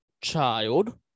child